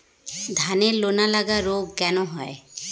ধানের লোনা লাগা রোগ কেন হয়?